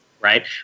right